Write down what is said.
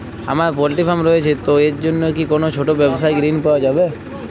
আমার poultry farm রয়েছে তো এর জন্য কি কোনো ছোটো ব্যাবসায়িক ঋণ পাওয়া যাবে?